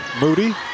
Moody